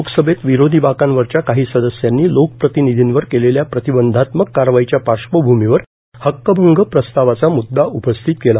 लोकसभेत विरोधी बाकांवरच्या काही सदस्यांनी लोकप्रतिनिधींवर केलेल्या प्रतिबंधात्मक कारवाईच्या पार्श्वभूमीवर हक्कभंग प्रस्तावाचा म्द्दा उपस्थित केला